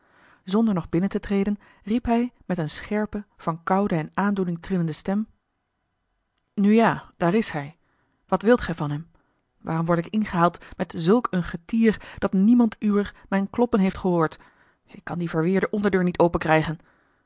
zonder nog binnen te treden riep hij met een scherpe van koude en aandoening trillende stem nu ja daar is hij wat wilt gij van hem waarom word ik ingehaald met zulk een getier dat niemand uwer mijn kloppen heeft gehoord ik kan die verweerde onderdeur niet